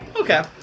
Okay